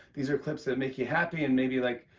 these are clips that make you happy and maybe, like,